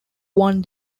one